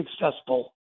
successful